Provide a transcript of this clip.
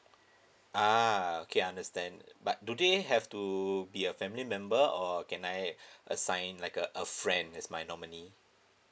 uh okay understand but do they have to be a family member or can I assign like a a friend that's my you know money